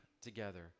together